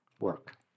work